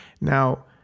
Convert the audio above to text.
Now